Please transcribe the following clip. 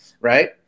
right